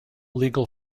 legal